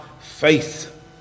faith